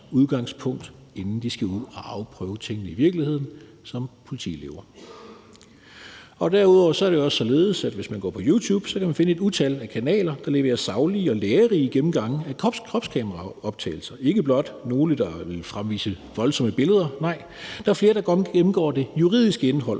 inden de skal ud at afprøve tingene i virkeligheden som politielever. Kl. 15:45 Derudover er det også således, at hvis man går på YouTube, kan man finde et utal af kanaler, der leverer saglige og lærerige gennemgange af kropskameraoptagelser – ikke blot nogle, der vil fremvise voldsomme billeder, nej, der er flere, der gennemgår det juridiske indhold